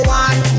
one